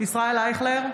ישראל אייכלר,